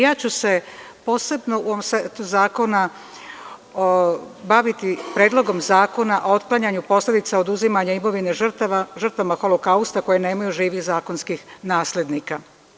Ja ću se posebno u ovom setu zakona baviti Predlogom zakona o otklanjanju posledica oduzimanja imovine žrtvama Holokausta koje nemaju živih zakonskih naslednika.